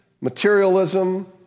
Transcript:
materialism